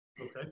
Okay